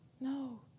No